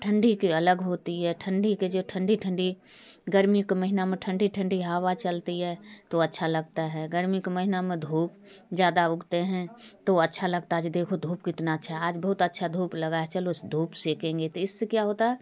ठंडी के अलग होती है ठंडी के जो ठंडी ठंडी गर्मी के महीना में ठंडी ठंडी हवा चलती है तो अच्छा लगता है गर्मी के महीना में धूप ज़्यादा उगती है तो अच्छा लगता है कि देखो धूप कितनी अच्छी आज बहुत अच्छी धूप लगी है चलो उस धूप सेकेंगे तो इससे क्या होता है